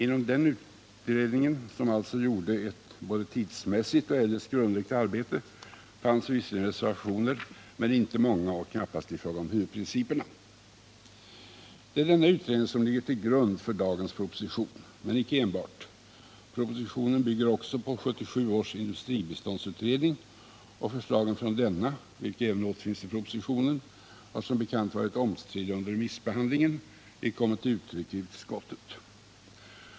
Inom den utredningen, som alltså gjorde ett både tidsmässigt och eljest grundligt arbete, fanns visserligen reservationer men inte många och knappast i fråga om huvudprinciperna. Det är denna utredning som ligger till grund för dagens proposition. Men icke enbart. Propositionen bygger också på 1977 års industribiståndsutredning, och förslagen från denna, vilka även återfinns i propositionen, har som bekant varit omstridda under remissbehandlingen, vilket också kommit till uttryck i utskottet.